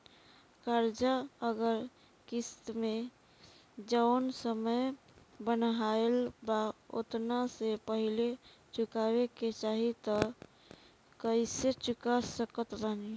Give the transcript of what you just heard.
कर्जा अगर किश्त मे जऊन समय बनहाएल बा ओतना से पहिले चुकावे के चाहीं त कइसे चुका सकत बानी?